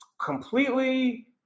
completely